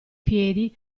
piedi